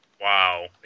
Wow